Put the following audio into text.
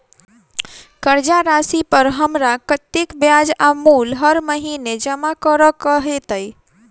कर्जा राशि पर हमरा कत्तेक ब्याज आ मूल हर महीने जमा करऽ कऽ हेतै?